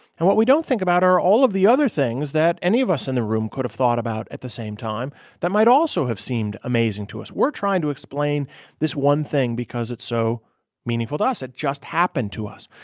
and what we don't think about are all of the other things that any of us in the room could have thought about at the same time that might also have seemed amazing to us. we're trying to explain this one thing because it's so meaningful to us. it just happened to us.